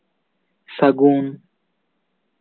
ᱥᱟᱹᱜᱩᱱ